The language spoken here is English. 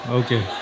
okay